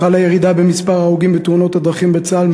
חלה ירידה במספר ההרוגים בתאונות הדרכים בצה"ל,